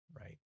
right